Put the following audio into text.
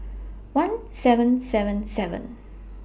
one seven seven seven